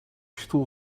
stoel